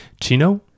chino